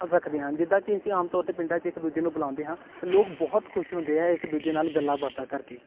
ਰੱਖਦੇ ਹਨ ਜਿੱਦਾਂ ਕਿ ਅਸੀਂ ਆਮ ਤੌਰ 'ਤੇ ਪਿੰਡਾਂ 'ਚ ਇੱਕ ਦੂਜੇ ਨੂੰ ਬੁਲਾਉਂਦੇ ਹਾਂ ਤਾਂ ਲੋਕ ਬਹੁਤ ਖੁਸ਼ ਹੁੰਦੇ ਹੈ ਇੱਕ ਦੂਜੇ ਨਾਲ ਗੱਲਾਂ ਬਾਤਾਂ ਕਰਕੇ